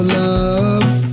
love